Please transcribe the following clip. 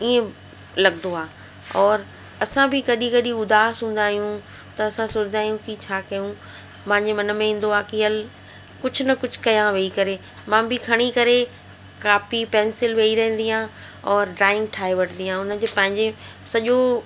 इअं लॻदो आहे और असां बि कॾहिं कॾदिं उदास हूंदा आहियूं त असां सोचींदा आहियूं की छा कयूं मांजे मन में ईंदो आहे कि हलु कुझु न कुझु कयां वेही करे मां बि खणी करे कापी पेंसिल वेही रहंदी आहे और ड्रॉइंग ठाहे वठंदी आहे उन्हनि जे पंहिंजे सॼो